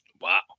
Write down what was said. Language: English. Wow